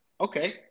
Okay